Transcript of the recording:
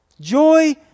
Joy